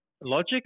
Logic